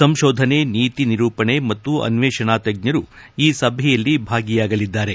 ಸಂಶೋಧನೆ ನೀತಿ ನಿರೂಪಣೆ ಮತ್ತು ಅನ್ನೇಷಣಾ ತಜ್ಞರು ಈ ಸಭೆಯಲ್ಲಿ ಭಾಗಿಯಾಗಲಿದ್ದಾರೆ